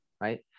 right